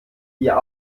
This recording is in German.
ihr